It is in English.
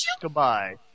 goodbye